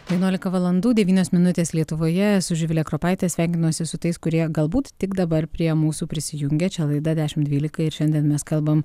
vienuolika valandų devynios minutės lietuvoje esu živilė kropaitė sveikinuosi su tais kurie galbūt tik dabar prie mūsų prisijungia čia laida dešimt dvylika ir šiandien mes kalbam